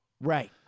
Right